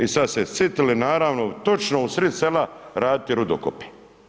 I sada se sitili naravno točno u srid sela raditi rudokope.